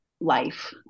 life